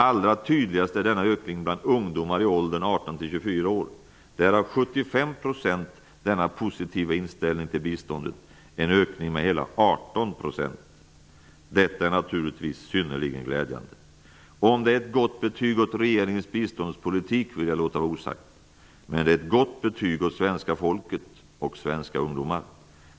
Allra tydligast är ökningen bland ungdomar i åldern 18--24 år. Där har 75 % denna positiva inställning till biståndet -- en ökning med hela 18 %. Detta är naturligtvis synnerligen glädjande. Om det är ett gott betyg åt regeringens biståndspolitik vill jag låta vara osagt. Men det är ett gott betyg åt svenska folket och svenska ungdomar.